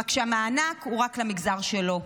רק שהמענק הוא רק למגזר שלו.